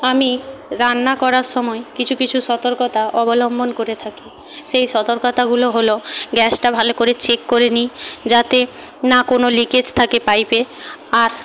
আমি রান্না করার সময় কিছু কিছু সতর্কতা অবলম্বন করে থাকি সেই সতর্কতাগুলো হলো গ্যাসটা ভালো করে চেক করে নিই যাতে না কোনো লিকেজ থাকে পাইপে আর